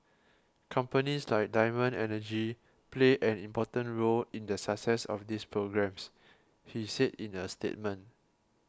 companies like Diamond Energy play an important role in the success of these programmes he said in a statement